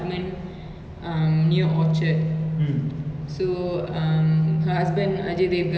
he felt like as much as he miss his daughter right he didn't want to be away from his son also so he and his son are in india